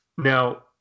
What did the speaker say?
Now